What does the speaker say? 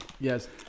yes